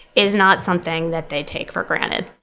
is not something that they take for granted.